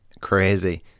crazy